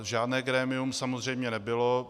Žádné grémium samozřejmě nebylo.